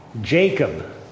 Jacob